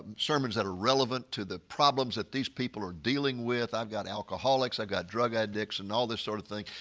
sermons that are relevant to the problems that these people are dealing with. i've got alcoholics. i've got drug addicts, and all this sort of thing.